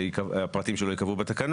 שורה תחתונה בבקשה.